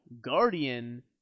Guardian